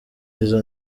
izo